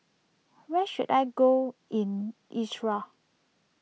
where should I go in Iraq